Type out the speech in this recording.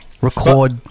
record